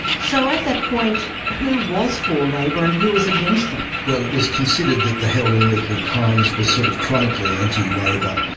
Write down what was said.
so at that point, who was for labor and who was against them? well, it was considered that herald and weekly times was sort of chronically anti-labor,